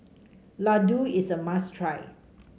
Ladoo is a must try